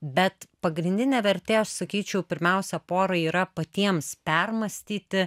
bet pagrindinė vertė aš sakyčiau pirmiausia porai yra patiems permąstyti